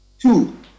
Two